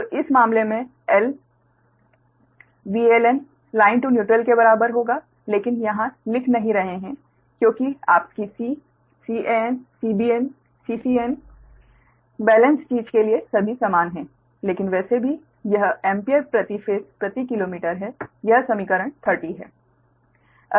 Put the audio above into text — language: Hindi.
तो इस मामले में L VLN line to neutral के बराबर होगा लेकिन यहाँ लिख नहीं रहे है क्योंकि आपकी C CanCbnCcn बैलेंस चीज़ के लिए सभी समान हैं लेकिन वैसे भी यह एम्पीयर प्रति फेस प्रति किलोमीटर है यह समीकरण 30 है